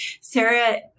Sarah